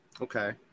Okay